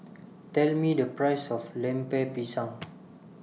Tell Me The Price of Lemper Pisang